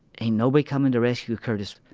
ain't nobody coming to rescue curtis.